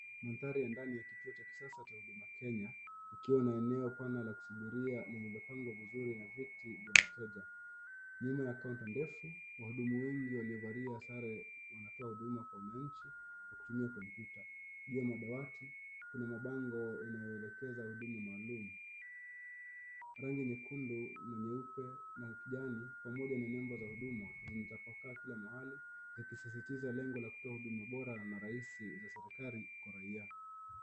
Ni ndani ya kituo cha kisasa cha huduma Kenya ikiwa ni eneo pana la kusubiria imepangwa vizuri na viti vya wateja. Nyuma ya counter ndefu wahudumu wengi waliovalia sare wanatoa huduma Kwa wananchi Kwa kutumia kompyuta. Juu ya madawati kuna mabango inayoelekeza huduma maalum. Rangi nyekundu na nyeupe na kijani pamoja na nembo za huduma zimetapakaa kila mahali yakisisitiza lengo la kutoa huduma bora ama rahisi za serikali kwa raia.